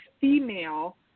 female